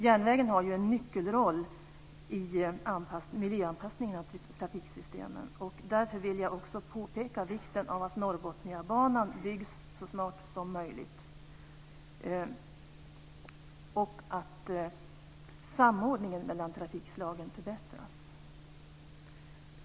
Järnvägen har ju en nyckelroll i miljöanpassningen av trafiksystemen, och därför vill jag också påpeka vikten av att Norrbotniabanan byggs så snart som möjligt och av att samordningen mellan trafikslagen förbättras.